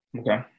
Okay